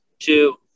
Two